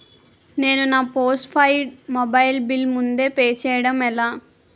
నేను నా postpaid mobile bill ముందే పే చేయడం ఎలా?